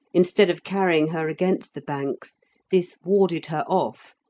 instead of carrying her against the banks this warded her off,